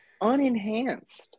unenhanced